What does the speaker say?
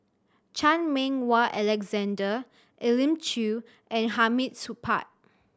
Chan Meng Wah Alexander Elim Chew and Hamid Supaat